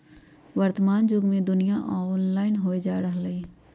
वर्तमान जुग में दुनिया ऑनलाइन होय जा रहल हइ